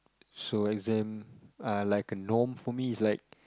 so exam are like a norm for me it's like